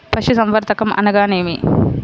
పశుసంవర్ధకం అనగానేమి?